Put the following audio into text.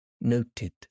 noted